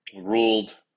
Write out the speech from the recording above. ruled